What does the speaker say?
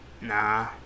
Nah